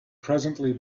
presently